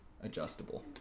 adjustable